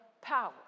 power